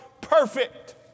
Perfect